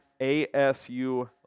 ASU